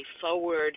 forward